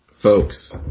folks